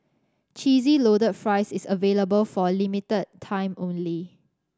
Cheesy Loaded Fries is available for a limited time only